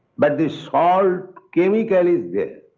but the salt chemical is there.